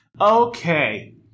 Okay